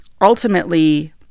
ultimately